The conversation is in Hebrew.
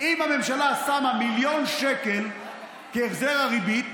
אם הממשלה שמה מיליון שקל כהחזר הריבית,